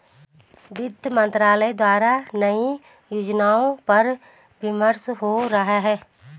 वित्त मंत्रालय द्वारा नए योजनाओं पर विमर्श हो रहा है